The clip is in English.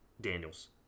daniels